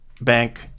Bank